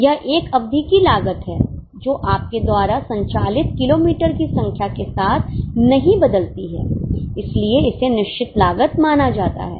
यह एक अवधि की लागत है जो आपके द्वारा संचालित किलोमीटर की संख्या के साथ नहीं बदलती है इसलिए इसे निश्चित लागत माना जाता है